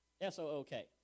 S-O-O-K